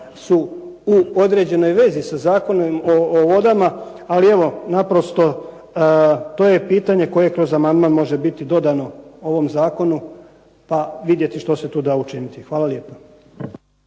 su u određenoj vezi sa Zakonom o vodama. Ali evo, naprosto to je pitanje koje kroz amandman može biti dodano ovom zakonu, pa vidjeti što se tu da učiniti. Hvala lijepa.